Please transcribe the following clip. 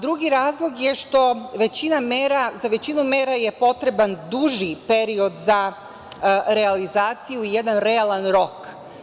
Drugi razlog je što za većinu mera je potreban duži period za realizaciju i jedan realan rok.